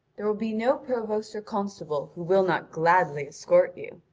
there will be no provost or constable who will not gladly escort you.